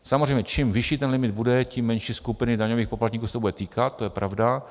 Samozřejmě čím vyšší ten limit bude, tím menší skupiny daňových poplatníků se to bude týkat, to je pravda.